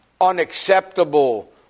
unacceptable